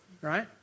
right